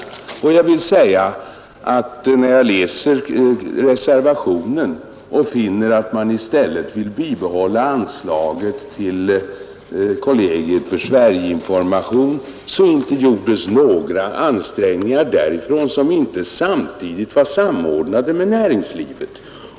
Jag vill också säga, att när jag läser reservationen finner jag att reservanterna i stället vill bibehålla anslaget till Kollegiet för Sverigeinformation i utlandet, men inte har det gjorts några ansträngningar därifrån som inte samtidigt har varit samordnade med näringslivet.